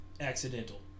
accidental